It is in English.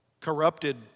Corrupted